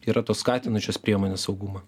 yra tos skatinančios priemonės saugumą